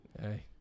Hey